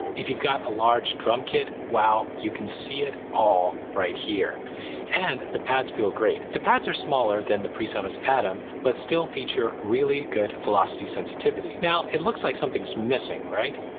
if you've got a large drum kit, wow, you can see it all right here and the pads feel great. the pads are smaller than the presonus atom. but still feature really good velocity sensitivity. now it looks like something's missing right?